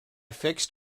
fixed